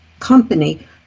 company